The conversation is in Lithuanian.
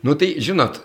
nu tai žinot